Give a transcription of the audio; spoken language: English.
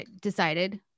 decided